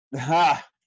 Ha